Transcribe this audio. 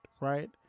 right